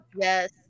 Yes